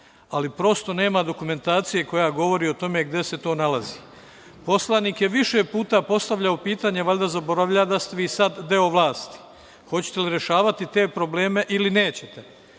ali prosto nema dokumentacije koja govori o tome gde se to nalazi. Poslanik je više puta postavljao pitanje. Valjda zaboravlja da ste vi sad deo vlasti? Hoćete li rešavati te probleme ili nećete?U